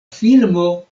filmo